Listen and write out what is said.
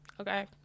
okay